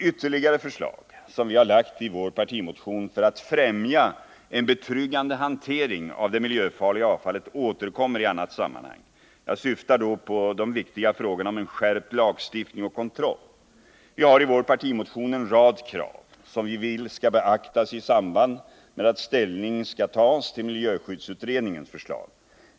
Ytterligare förslag, som vi har framlagt i vår partimotion för att främja en betryggande hantering av det miljöfarliga avfallet, återkommer i annat sammanhang. Jag syftar då på de viktiga frågorna om en skärpt lagstiftning och kontroll. Vi har i vår partimotion en rad krav, som vi vill skall beaktas i samband med att ställning tas till miljöskyddsutredningens förslag.